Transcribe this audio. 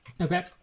Okay